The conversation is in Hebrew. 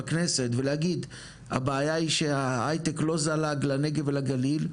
בכנסת ולהגיד הבעיה היא שהייטק לא זלג ולגליל,